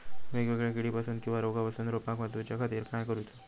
वेगवेगल्या किडीपासून किवा रोगापासून रोपाक वाचउच्या खातीर काय करूचा?